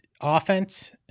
offense